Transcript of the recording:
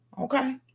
Okay